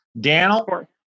Daniel